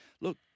Look